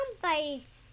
somebody's